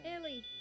Ellie